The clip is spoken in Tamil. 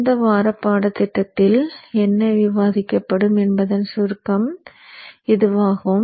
இந்த வார பாடத்திட்டத்தில் என்ன விவாதிக்கப்படும் என்பதன் சுருக்கம் இதுவாகும்